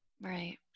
Right